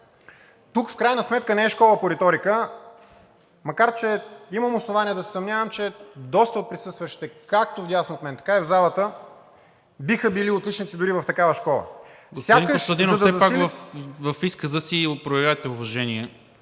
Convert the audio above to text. Тук в крайна сметка не е школа по риторика, макар че имам основание да се съмнявам, че доста от присъстващите – както вдясно от мен, така и в залата, биха били отличници дори в такава школа. ПРЕДСЕДАТЕЛ НИКОЛА МИНЧЕВ: Господин Костадинов, все пак в изказа си проявявайте уважение